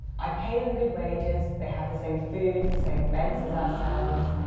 i pay them good wages, they have the same food, the same beds as ourselves.